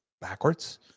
Backwards